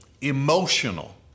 emotional